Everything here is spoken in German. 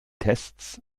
tests